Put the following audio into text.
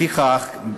לפיכך,